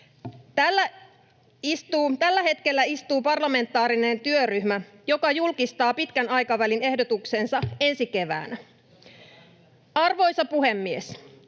Tällä hetkellä istuu parlamentaarinen työryhmä, joka julkistaa pitkän aikavälin ehdotuksensa ensi keväänä Arvoisa puhemies!